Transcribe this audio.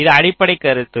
இது அடிப்படை கருத்து